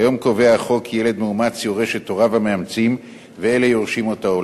כיום קובע החוק כי ילד מאומץ יורש את הוריו המאמצים ואלה יורשים אותו,